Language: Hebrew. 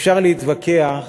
אפשר להתווכח